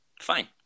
fine